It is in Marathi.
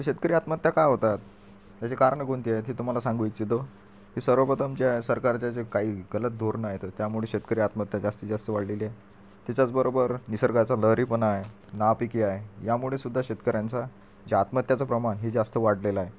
ते शेतकरी आत्महत्या का होतात त्याची कारणं कोणती आहेत हे तुम्हाला सांगू इच्छितो सर्वप्रथम जे आहे सरकारचे जे काही गलत धोरणं आहेत त्यामुळे शेतकरी आत्महत्या जास्तीत जास्त वाढलेली आहे त्याच्याच बरोबर निसर्गाचा लहरीपणा आहे नापिकी आहे यामुळे सुद्धा शेतकऱ्यांचं जे आत्महत्यांचं प्रमाण हे जास्त वाढलेलं आहे